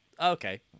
Okay